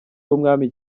w’umwami